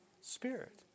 Spirit